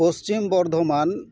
Paschim Bardhaman